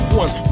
one